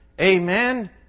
Amen